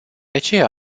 aceea